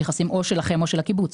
הנכסים או שלכם או של הקיבוץ,